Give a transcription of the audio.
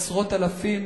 עשרות אלפים,